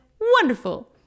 wonderful